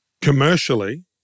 Commercially